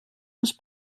ens